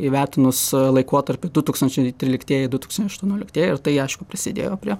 įvertinus laikotarpį du tūkstančiai tryliktieji du tūkstančiai aštuonioliktieji ir tai aišku prisidėjo prie